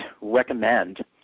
recommend